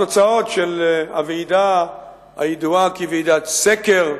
התוצאות של הוועידה הידועה כ"וועידת סקר"